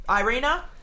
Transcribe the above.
Irina